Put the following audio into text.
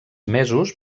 mesos